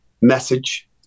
message